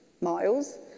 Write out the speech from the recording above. miles